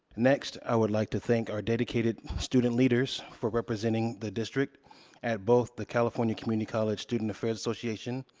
next, i would like to thank our dedicated student leaders for representing the district at both the california community college student affairs association,